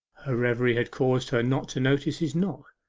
her reverie had caused her not to notice his knock.